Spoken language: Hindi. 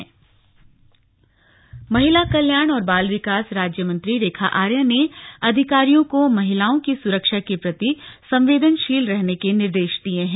महिला सुरक्षा महिला कल्याण और बाल विकास राज्यमंत्री रेखा आर्या ने अधिकारियों को महिलाओं की सुरक्षा के प्रति संवेदनशील रहने के निर्देश दिये हैं